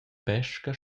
pesca